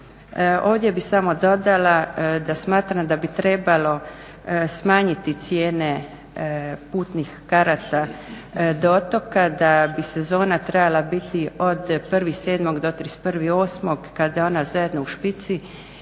Ovdje bih samo dodala da smatram da bi trebalo smanjiti cijene putnih karata do otoka, da bi sezona trebala biti od 1.7. do 31.8. kada je ona zajedno u špici